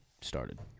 started